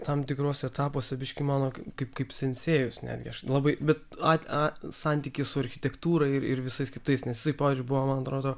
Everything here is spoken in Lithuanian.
tam tikruose etapuose biškį mano kaip kaip sensėjus netgi aš labai bet an santykis su architektūra ir visais kitais nes jisai pavyzdžiui buvo man atrodo